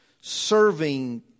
serving